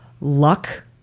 luck